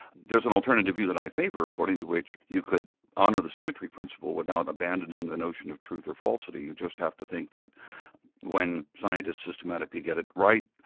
there's an alternative view that i favour, according to which you could honour the symmetry principle without abandoning the notion of truth or falsity, you just have to think that when scientists systematically get it right,